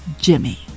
Jimmy